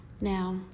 Now